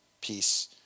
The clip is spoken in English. peace